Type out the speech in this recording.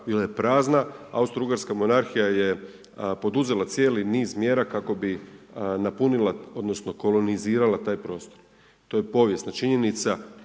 bila je prazna, Austro-ugarska monarhija ju je poduzela cijeli niz mjera kako bi napunila odnosno kolonizirala taj prostor. To je povijesna činjenica